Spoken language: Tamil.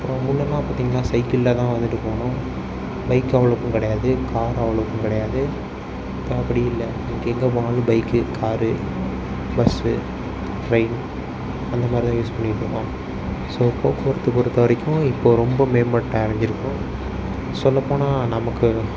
அப்புறம் முன்னெல்லாம் பார்த்திங்கன்னா சைக்கிள்ல தான் வந்துட்டு போகணும் பைக்கு அவ்வளோக்கும் கிடையாது காரு அவ்வளோக்கும் கிடையாது இப்போ அப்படி இல்லை நமக்கு எங்கே போனாலும் பைக்கு காரு பஸ்ஸு ட்ரெயின் அந்த மாதிரி தான் யூஸ் பண்ணிகிட்ருக்கோம் ஸோ போக்குவரத்து பொறுத்த வரைக்கும் இப்போ ரொம்ப மேம்பாட்டை அடைஞ்சிருக்கோம் சொல்லப்போனால் நமக்கு